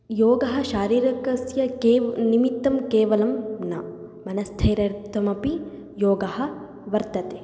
योगः शारीरकस्य के निमित्तं केवलं न मनस्थैर्यार्थमपि योगः वर्तते